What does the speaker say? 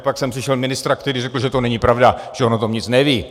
Pak jsem slyšel ministra, který řekl, že to není pravda, že o tom nic neví.